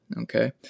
Okay